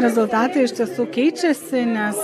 rezultatai iš tiesų keičiasi nes